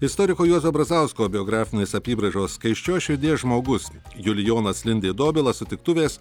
istoriko juozo brazausko biografinės apybraižos skaisčios širdies žmogus julijonas lindė dobilas sutiktuvės